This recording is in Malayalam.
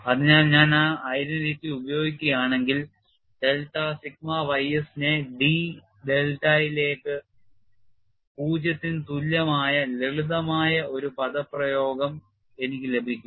അതിനാൽ ഞാൻ ആ ഐഡന്റിറ്റി ഉപയോഗിക്കുകയാണെങ്കിൽ ഡെൽറ്റ സിഗ്മ ys നെ d ഡെൽറ്റയിലേക്ക് 0 ന് തുല്യമായ ലളിതമായ ഒരു പദപ്രയോഗം എനിക്ക് ലഭിക്കും